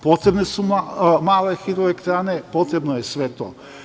Potrebne su male hidroelektrane, potrebno je sve to.